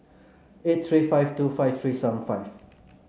eight three five two five three seven five